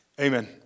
Amen